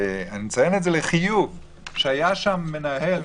מציין לחיוב שהיה שם מנהל